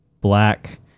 black